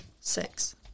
Six